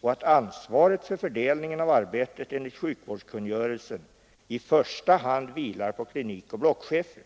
och att ansvaret för fördelningen av arbetet enligt sjukvårdskungörelsen i första hand vilar på klinikoch blockchefer.